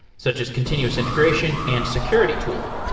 such as continuous integration and security tooling.